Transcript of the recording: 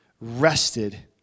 rested